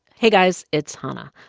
hey, guys. it's hanna.